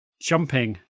jumping